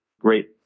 great